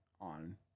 on